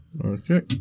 okay